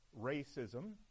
racism